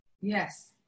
Yes